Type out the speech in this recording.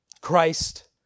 Christ